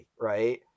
right